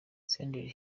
senderi